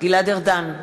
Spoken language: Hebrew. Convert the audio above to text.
גלעד ארדן,